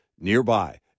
nearby